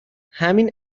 همین